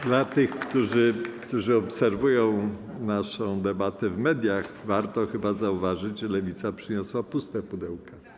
Dla tych, którzy obserwują naszą debatę w mediach, warto chyba zauważyć, że Lewica przyniosła puste pudełka.